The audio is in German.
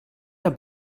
der